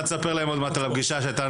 אתה תספר להם עוד מעט על הפגישה שהייתה